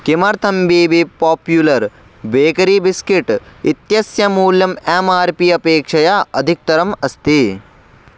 किमर्थं B B popular bakery biscuit इत्यस्य मूल्यम् एम् आर् पी अपेक्षया अधिकतरम् अस्ति